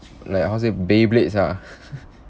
like how to say beyblades ah